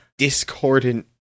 discordant